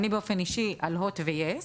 אני באופן אישי על הוט ויס,